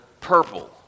purple